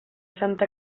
santa